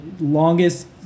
longest